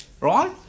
right